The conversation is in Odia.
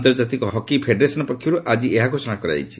ଆନ୍ତର୍ଜାତିକ ହକି ଫେଡେରେସନ ପକ୍ଷରୁ ଆଜି ଏହା ଘୋଷଣା କରାଯାଇଛି